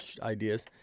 ideas